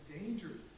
dangerous